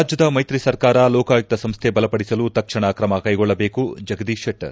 ರಾಜ್ಯದ ಮೈತ್ರಿ ಸರ್ಕಾರ ಲೋಕಾಯುಕ್ತ ಸಂಸ್ಥೆ ಬಲಪಡಿಸಲು ತಕ್ಷಣ ತ್ರಮಕೈಗೊಳ್ಳಬೇಕು ಜಗದೀಶ್ ಶೆಟ್ಟರ್